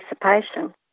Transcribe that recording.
participation